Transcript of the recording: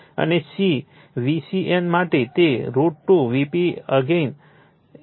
અને c VCN માટે તે √ 2 Vp again cos t 120 o હશે